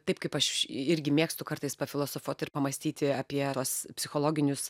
taip kaip aš irgi mėgstu kartais pafilosofuot ir pamąstyti apie tuos psichologinius